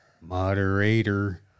Moderator